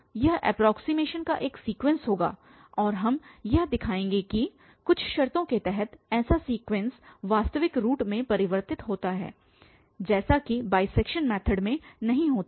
यह एप्रोक्सीमेशन का एक सीक्वेंस होगा और हम यह दिखाएंगे कि कुछ शर्तों के तहत ऐसा सीक्वेन्स वास्तविक रूट में परिवर्तित होता है जैसा कि बाइसेक्शन मैथड में नहीं होता है